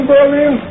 Berlin